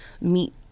meet